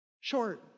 Short